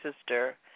sister